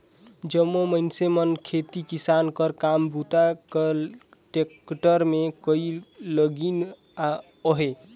जम्मो मइनसे मन खेती किसानी कर काम बूता ल टेक्टर मे करे लगिन अहे